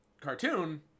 cartoon